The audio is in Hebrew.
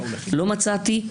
לא מצאתי.